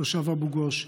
תושב אבו גוש,